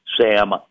Sam